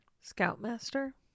Scoutmaster